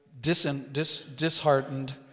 disheartened